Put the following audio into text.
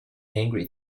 angry